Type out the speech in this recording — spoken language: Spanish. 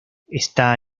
está